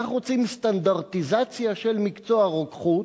אנחנו רוצים סטנדרטיזציה של מקצוע הרוקחות